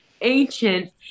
ancient